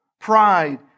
pride